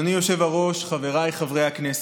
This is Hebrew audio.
אדוני היושב-ראש, חבריי חברי הכנסת,